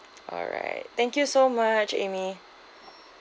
alright thank you so much amy